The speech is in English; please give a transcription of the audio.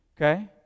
Okay